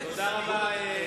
תודה רבה.